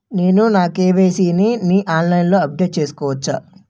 నేను నా కే.వై.సీ ని ఆన్లైన్ లో అప్డేట్ చేసుకోవచ్చా?